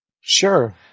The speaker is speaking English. Sure